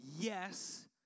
yes